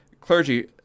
clergy